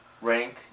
rank